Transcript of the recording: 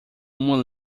uma